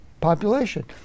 population